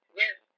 yes